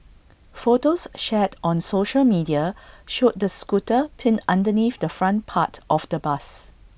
photos shared on social media showed the scooter pinned underneath the front part of the bus